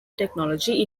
technology